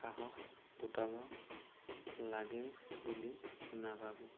সাহস গোটাব লাগে বুলি নাভাবোঁ